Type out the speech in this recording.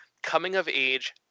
coming-of-age